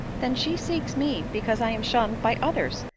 then she seeks me because i am shunned by others!